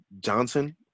Johnson